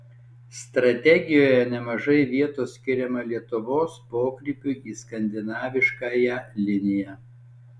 strategijoje nemažai vietos skiriama lietuvos pokrypiui į skandinaviškąją liniją